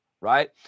right